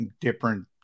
different